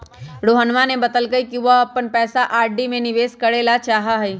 रोहनवा ने बतल कई कि वह अपन पैसा आर.डी में निवेश करे ला चाहाह हई